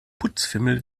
putzfimmel